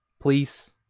please